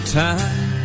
time